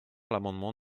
l’amendement